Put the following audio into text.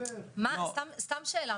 סתם שאלה,